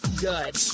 Good